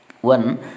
One